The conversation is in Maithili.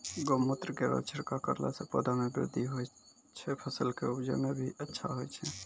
गौमूत्र केरो छिड़काव करला से पौधा मे बृद्धि होय छै फसल के उपजे भी अच्छा होय छै?